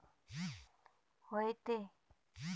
व्हते